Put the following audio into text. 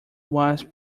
was